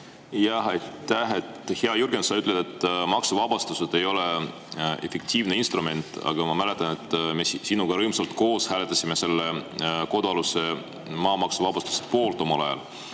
Jah, aitäh! Hea Jürgen! Sa ütled, et maksuvabastused ei ole efektiivne instrument, aga ma mäletan, et me sinuga rõõmsalt koos hääletasime selle kodualuse maa maksuvabastuse poolt omal ajal.